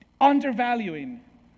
undervaluing